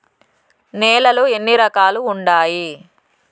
నేలలు ఎన్ని రకాలు వుండాయి?